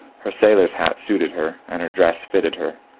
her sailor's hat suited her, and her dress fitted her.